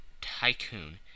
Tycoon